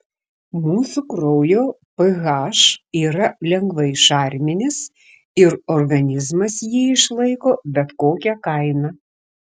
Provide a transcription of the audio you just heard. mūsų kraujo ph yra lengvai šarminis ir organizmas jį išlaiko bet kokia kaina